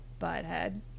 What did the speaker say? butthead